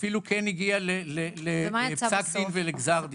ואפילו כן הגיע לפסק דין ולגזר דין.